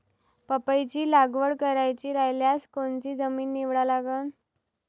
पपईची लागवड करायची रायल्यास कोनची जमीन निवडा लागन?